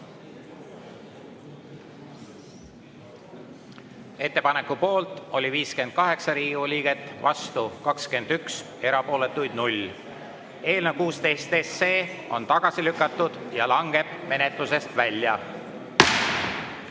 Ettepaneku poolt oli 58 Riigikogu liiget, vastu 21, erapooletuid 0. Eelnõu 16 on tagasi lükatud ja langeb menetlusest välja.